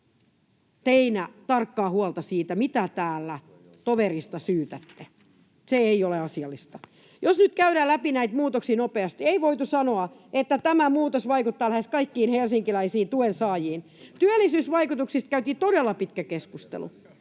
todella tarkkaa huolta siitä, mitä täällä toverista syytätte. Se ei ole asiallista. Jos nyt käydään läpi näitä muutoksia nopeasti: Ei voitu sanoa, että tämä muutos vaikuttaa lähes kaikkiin helsinkiläisiin tuen saajiin. Työllisyysvaikutuksista käytiin todella pitkä keskustelu.